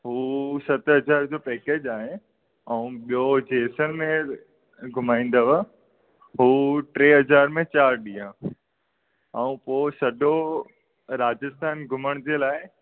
हूअ सत हज़ार जो पेकेज आहे ऐं ॿियो जेसलमर घुमाइंदव हूअ टे हज़ार में चारि ॾींहं ऐं पोइ सॼो राजस्थान घुमण जे लाइ